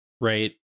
right